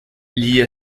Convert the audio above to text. liée